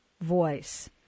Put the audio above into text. voice